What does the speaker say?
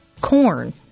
corn